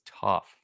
tough